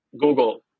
Google